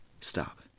stop